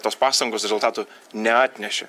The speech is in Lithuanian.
tos pastangos rezultatų neatnešė